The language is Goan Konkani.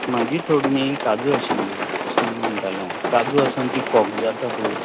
म्हाजी थोडी न्ही काजू आशिल्ल्यो अशें म्हूण म्हणटालो हांव काजू आसा आनी ती फाॅग जाता पय